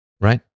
Right